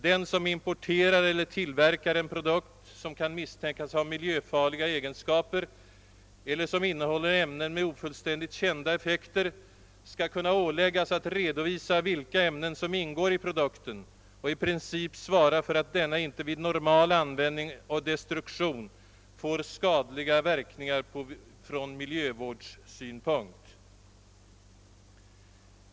Den som importerar eller tillverkar en produkt som kan misstänkas ha miljöfarliga egenskaper eller som innehåller ämnen med ofullständigt kända effekter skall kunna åläggas att redovisa vilka ämnen som ingår 1 produkten och i princip svara för att denna inte vid normal användning och destruktion får skadliga verkningar från miljövårdssynpunkt.